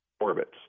orbits